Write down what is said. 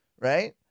right